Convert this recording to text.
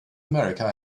america